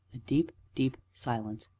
a deep, deep silence.